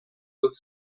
with